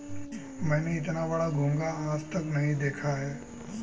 मैंने इतना बड़ा घोंघा आज तक नही देखा है